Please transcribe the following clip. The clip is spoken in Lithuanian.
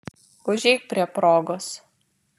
užeik prie progos